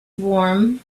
warm